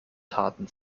taten